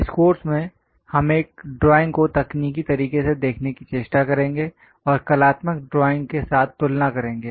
इस कोर्स में हम एक ड्राइंग को तकनीकी तरीके से देखने की चेष्टा करेंगे और कलात्मक ड्राइंग के साथ तुलना करेंगे